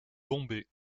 bombay